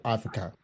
Africa